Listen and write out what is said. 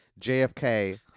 JFK